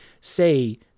say